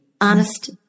Honest